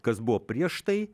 kas buvo prieš tai